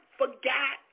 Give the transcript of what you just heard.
forgot